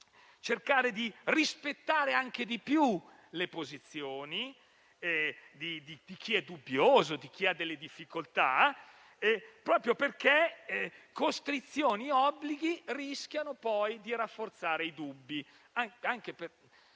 cercare di rispettare di più le posizioni di chi è dubbioso e ha difficoltà, proprio perché costrizioni e obblighi rischiano di rafforzare i dubbi.